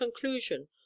conclusion